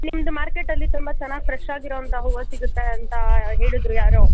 ನಿಮ್ದು ಮಾರ್ಕೇಟಲ್ಲಿ ತುಂಬ ಚೆನ್ನಾಗಿ ಫ್ರೆಶ್ ಆಗಿರೋ ಅಂಥ ಹೂವು ಸಿಗುತ್ತೆ ಅಂತ ಹೇಳಿದ್ರು ಯಾರೋ